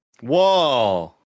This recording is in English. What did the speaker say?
Whoa